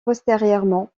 postérieurement